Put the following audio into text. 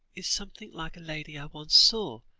is something like a lady i once saw